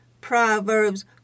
Proverbs